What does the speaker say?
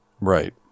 Right